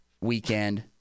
weekend